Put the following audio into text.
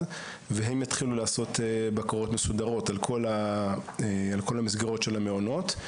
והם יתחילו לעשות בקרות מסודרות על כל המסגרות של המעונות,